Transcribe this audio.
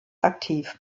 aktiv